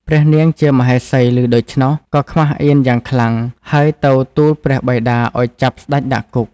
ព្រះនាងជាមហេសីឮដូច្នោះ ក៏ខ្មាសអៀនយ៉ាងខ្លាំង ហើយទៅទូលព្រះបិតាឲ្យចាប់ស្តេចដាក់គុក។